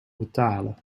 betalen